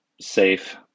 safe